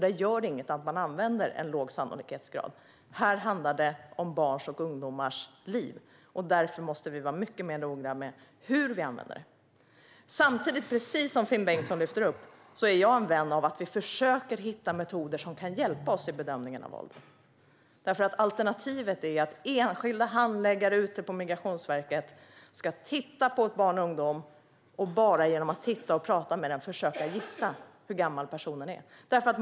Där gör det inget att man använder en låg sannolikhetsgrad. Här handlar det om barns och ungdomars liv. Därför måste vi vara mycket mer noggranna med hur vi använder metoderna. Precis som Finn Bengtsson lyfter upp är jag vän av att vi försöker hitta metoder som kan hjälpa oss i bedömningarna av ålder. Alternativet är att enskilda handläggare på Migrationsverket bara genom att titta och prata med ett barn eller en ungdom ska försöka gissa hur gammal personen är.